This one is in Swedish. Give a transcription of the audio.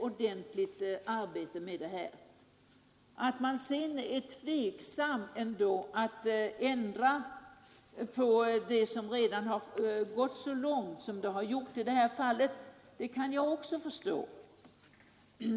Att utskottet sedan ändå är tveksamt när det gäller att ändra på något som gått så långt som detta kan jag förstå.